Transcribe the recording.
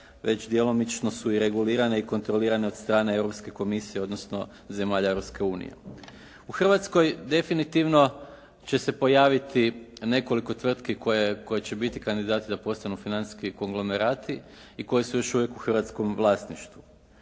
već djelomično su i regulirane i kontrolirane od strane Europske komisije, odnosno zemalja Europske unije. U Hrvatskoj definitivno će se pojaviti nekoliko tvrtki koje će biti kandidati da postanu financijski konglomerati i koje su još uvijek u hrvatskom vlasništvu.